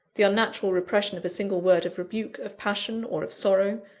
the unnatural repression of a single word of rebuke, of passion, or of sorrow,